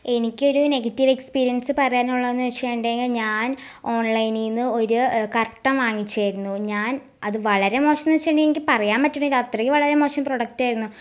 എനിക്കൊരു negative experience പറയാനുള്ളതെന്ന് വച്ചിട്ടുണ്ടെങ്കിൽ ഞാൻ ഓൺലൈനിൽ നിന്ന് ഒര് കർട്ടൻ വാങ്ങിച്ചിരുന്നു ഞാൻ അത് വളരെ മോശമെന്ന് ന്ന് വച്ചിട്ടുണ്ടെങ്കിൽ അത് പറയാൻ പറ്റുന്നില്ല അത്രയും വളരെ മോശം പ്രോഡക്ട് ആയിരുന്നു